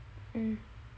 mm